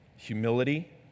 Humility